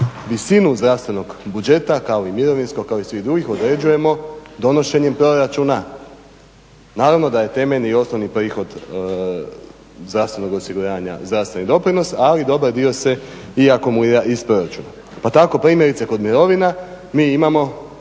Visinu zdravstvenog budžeta kao i mirovinskog kao i svih drugih određujemo donošenjem proračuna. Naravno da je temeljni osnovni prihod zdravstvenog osiguranja zdravstveni doprinos ali dobar dio se i akumulira iz proračuna. Pa tako primjerice kod mirovina mi imamo